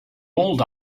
old